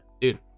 Dude